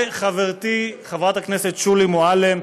וחברתי חברת הכנסת שולי מועלם,